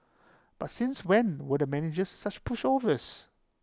but since when were the managers such pushovers